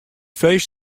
feest